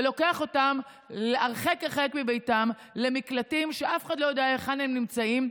ולוקח אותם הרחק הרחק מביתם למקלטים שאף אחד לא יודע היכן הם נמצאים,